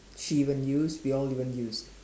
she even used we all even used